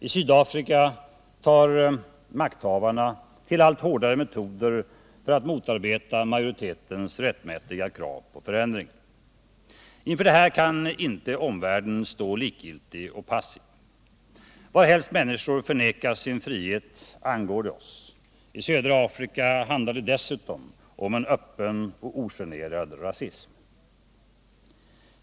I Sydafrika tar makthavarna till allt hårdare metoder för att motarbeta majoritetens rättmätiga krav på förändringar. Inför detta kan inte omvärlden stå likgiltig och passiv. Varhelst människor förnekas sin frihet angår det oss. I södra Afrika handlar det dessutom om en öppen och ogenerad rasism.